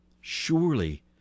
surely